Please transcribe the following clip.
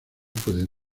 pueden